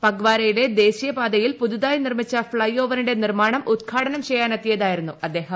പഗ്വാരയിലെ ദേശീയപാതയിൽ പുതുതായി നിർമിച്ച ഫ്ളൈഓവറിന്റെ നിർമാണം ഉദ്ഘാടനം ചെയ്യാനെത്തിയതായിരുന്നു അദ്ദേഹം